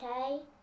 Okay